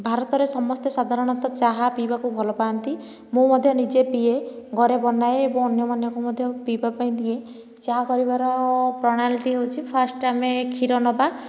ଭାରତରେ ସମସ୍ତେ ସାଧାରଣତଃ ଚାହା ପିବାକୁ ଭଲ ପାଆନ୍ତି ମୁଁ ମଧ୍ୟ ନିଜେ ପିଏ ଘରେ ବନାଏ ଏବଂ ଅନ୍ୟକୁ ମଧ୍ୟ ପିଇବା ପାଇଁ ଦିଏ ଚାହା କରିବାର ପ୍ରଣାଳୀଟି ହେଉଛି ଫାଷ୍ଟ ଆମେ କ୍ଷୀର ନେବା